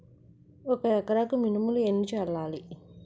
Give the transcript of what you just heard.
ఒక ఎకరాలకు మినువులు ఎన్ని చల్లాలి?